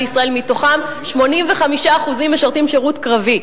מתוכם 85% משרתים שירות קרבי.